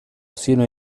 sino